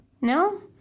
No